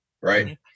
Right